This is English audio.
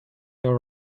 your